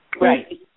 Right